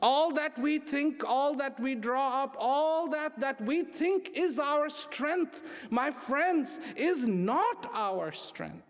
all that we think all that we drop all that that we think is our strength my friends is not our strength